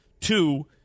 Two